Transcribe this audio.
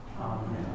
Amen